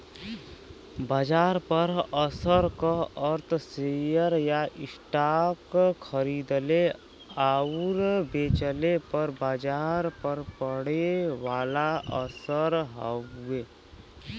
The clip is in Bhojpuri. बाजार पर असर क अर्थ शेयर या स्टॉक खरीदले आउर बेचले पर बाजार पर पड़े वाला असर हउवे